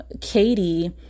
Katie